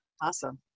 awesome